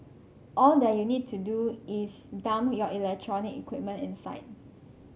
all that you need to do is dump your electronic equipment inside